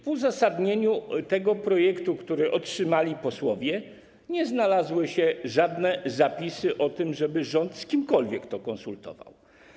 W uzasadnieniu tego projektu, który otrzymali posłowie, nie znalazły się żadne zapisy mówiące o tym, żeby rząd z kimkolwiek to konsultował.